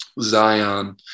Zion